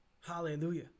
Hallelujah